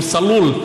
שהוא סלול,